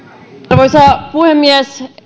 arvoisa puhemies